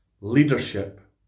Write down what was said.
leadership